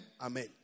Amen